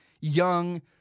young